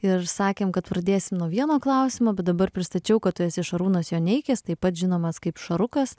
ir sakėm kad pradėsim nuo vieno klausimo bet dabar pristačiau kad tu esi šarūnas joneikis taip pat žinomas kaip šarukas